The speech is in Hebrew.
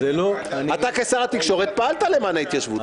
אתה כשר התקשורת פעלת למען ההתיישבות.